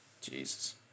Jesus